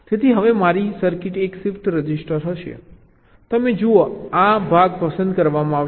તેથી હવે મારી સર્કિટ એક શિફ્ટ રજિસ્ટર હશે તમે જુઓ આ ભાગ પસંદ કરવામાં આવશે